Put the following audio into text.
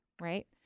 right